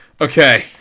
Okay